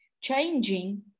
changing